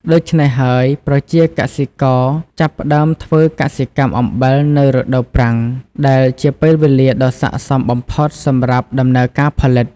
ដូច្នេះហើយ ប្រជាកសិករចាប់ផ្ដើមធ្វើកសិកម្មអំបិលនៅរដូវប្រាំងដែលជាពេលវេលាដ៏ស័ក្តិសមបំផុតសម្រាប់ដំណើរការផលិត។